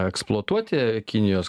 eksploatuoti kinijos